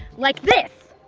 like this!